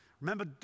Remember